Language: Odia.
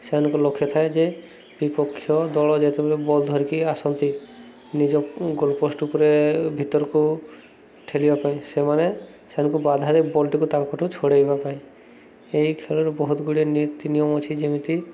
ସେମାନଙ୍କୁ ଲକ୍ଷ୍ୟ ଥାଏ ଯେ ବିପକ୍ଷ ଦଳ ଯେତେବେଳେ ବଲ୍ ଧରିକି ଆସନ୍ତି ନିଜ ଗୋଲ୍ ପୋଷ୍ଟ୍ ଉପରେ ଭିତରକୁ ଠେଲିବା ପାଇଁ ସେମାନେ ସେମାନଙ୍କୁ ବାଧାରେ ବଲ୍ଟିକୁ ତାଙ୍କଠୁ ଛୋଡ଼େଇବା ପାଇଁ ଏହି ଖେଳରେ ବହୁତ ଗୁଡ଼ିଏ ନୀତି ନିୟମ ଅଛି ଯେମିତି